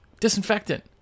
Disinfectant